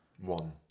One